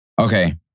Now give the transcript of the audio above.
okay